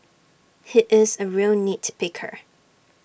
he is A real nit picker